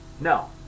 No